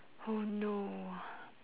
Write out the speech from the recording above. oh no